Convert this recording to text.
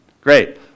great